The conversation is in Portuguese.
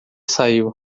saiu